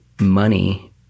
money